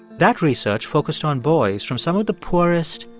that research focused on boys from some of the poorest,